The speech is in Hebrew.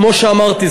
כמו שאמרתי,